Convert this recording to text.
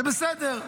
זה בסדר,